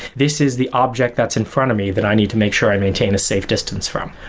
this is the object that's in front of me that i need to make sure i maintain a safe distance from.